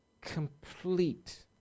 complete